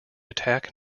attack